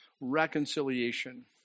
reconciliation